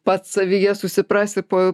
pats savyje susiprasi po